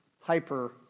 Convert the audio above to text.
hyper